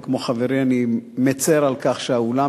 וכמו חברי אני מצר על כך שהאולם,